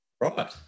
Right